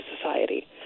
society